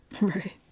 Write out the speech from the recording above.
Right